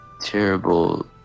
terrible